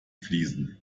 fließen